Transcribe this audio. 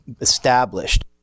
established